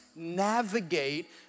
navigate